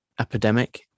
epidemic